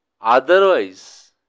Otherwise